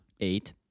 eight